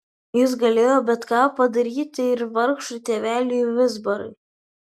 jis galėjo bet ką padaryti ir vargšui tėveliui vizbarai